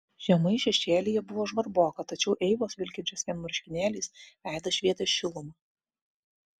žemai šešėlyje buvo žvarboka tačiau eivos vilkinčios vien marškinėliais veidas švietė šiluma